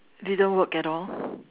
didn't work at all